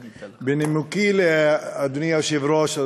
בנימוקי, אדוני היושב-ראש,